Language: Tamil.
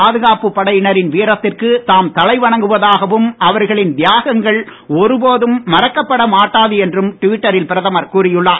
பாதுகாப்பு படையினரின் வீரத்திற்கு தாம் தலைவணங்குவதாகவும் அவர்களின் தியாகங்கள் ஒரு போதும் மறக்கப்பட மாட்டாது என்றும் டுவிட்டரில் பிரதமர் கூறியுள்ளார்